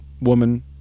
woman